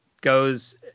goes